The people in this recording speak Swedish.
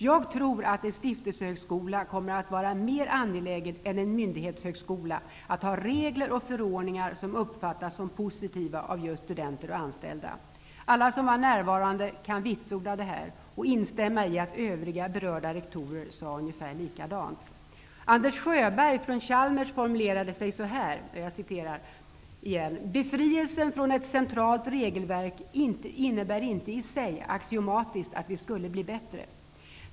Jag tror att en stiftelsehögskola kommer att vara mer angelägen än en myndighetshögskola att ha regler och förordningar som uppfattas som positiva av just studenter och anställda.'' Alla som var närvarande kan vitsorda detta och instämma i att övriga berörda rektorer sa ungefär likadant. Anders Sjöberg från Chalmers formulerade sig så här: ''Befrielsen från ett centralt regelverk innebär inte i sig, axiomatiskt, att vi skulle bli bättre.